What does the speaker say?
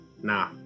Nah